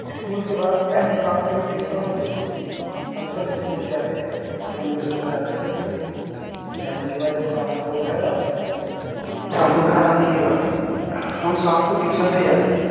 school के बाद शाम के जो ट्यूसन होती है हम सब स्कूल जाते थे हम लोग स्कूल जाते थे स्कूल जाने के बाद जब शाम को घर आते थे शाम को घर आने के बाद हम शाम को ट्यूसन भी जाते थे